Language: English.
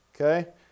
okay